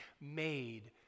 made